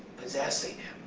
possessing